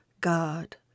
God